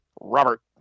Robert